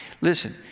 Listen